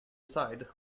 aside